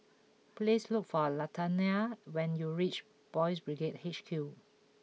please look for Latanya when you reach Boys' Brigade H Q